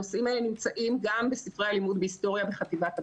הנושאים האלה נמצאים גם בספרי הלימוד בהיסטוריה בחטיבת הביניים,